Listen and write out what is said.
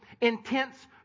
intense